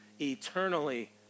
eternally